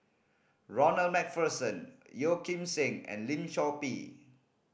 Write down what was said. Ronald Macpherson Yeo Kim Seng and Lim Chor Pee